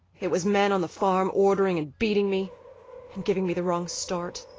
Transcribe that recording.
it was men on the farm ordering and beating me and giving me the wrong start.